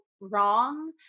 wrong